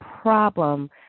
problem